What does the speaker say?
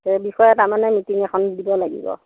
সেই বিষয়ত তাৰ মানে মিটিং এখন দিব লাগিব